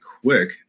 quick